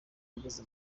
ageze